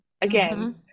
again